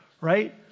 right